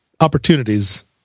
opportunities